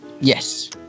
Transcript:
Yes